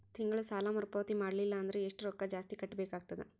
ತಿಂಗಳ ಸಾಲಾ ಮರು ಪಾವತಿ ಮಾಡಲಿಲ್ಲ ಅಂದರ ಎಷ್ಟ ರೊಕ್ಕ ಜಾಸ್ತಿ ಕಟ್ಟಬೇಕಾಗತದ?